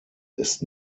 ist